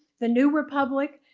the new republic,